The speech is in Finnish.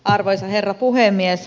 arvoisa herra puhemies